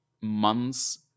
months